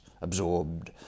absorbed